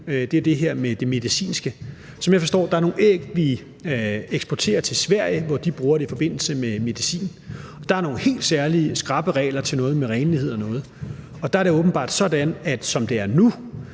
var det her med det medicinske. Som jeg forstår det, er der nogle æg, vi eksporterer til Sverige, og som de bruger i forbindelse med medicin. Der er nogle helt særlige, skrappe regler for noget med renlighed osv., og som det er nu, er det åbenbart sådan, at de her